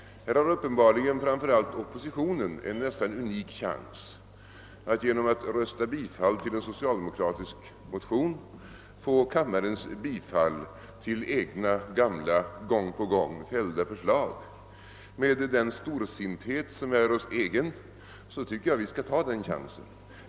Här har uppenbarligen framför allt oppositionen en nästan unik chans att genom att rösta på bifall till en socialdemokratisk motion vinna kamma rens bifall till egna gamla, gång på gång ställda förslag. Med den storsinthet som är oss egen tycker jag att vi skall ta den chansen.